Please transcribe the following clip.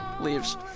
leaves